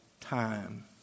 time